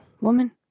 Woman